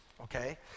Okay